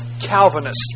Calvinists